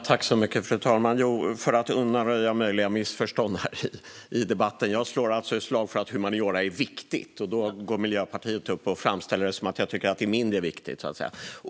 Fru talman! För att undanröja möjliga missförstånd i debatten: Jag slår alltså ett slag för humaniora som något viktigt. Då går Miljöpartiet upp och framställer det som att jag tycker att det är mindre viktigt.